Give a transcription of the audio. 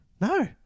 no